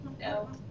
no